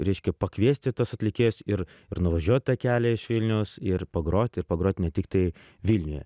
reiškia pakviesti tuos atlikėjus ir ir nuvažiuot tą kelią iš vilniaus ir pagroti ir pagrot ne tiktai vilniuje